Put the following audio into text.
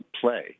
play